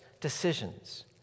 decisions